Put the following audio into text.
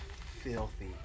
filthy